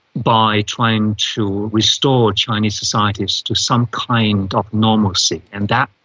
by trying to restore chinese society to some kind of normalcy. and that,